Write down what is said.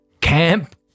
Camp